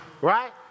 right